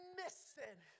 missing